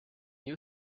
you